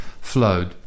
flowed